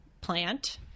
plant